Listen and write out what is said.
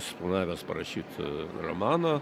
suplanavęs parašyt romaną